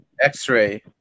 X-ray